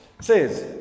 says